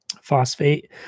phosphate